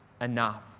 enough